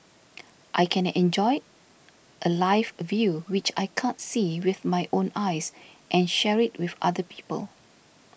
I can enjoy a live view which I can't see with my own eyes and share it with other people